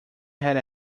had